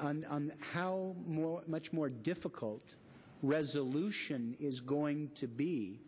comment on this how much more difficult resolution is going to be